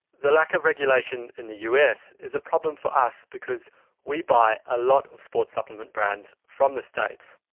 the lack of regulation in the us is a problem for us because we buy a lot of sports supplement brands from the states.